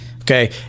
Okay